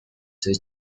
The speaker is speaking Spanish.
seis